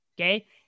Okay